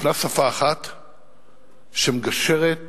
שמגשרת